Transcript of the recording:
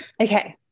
Okay